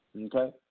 Okay